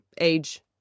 age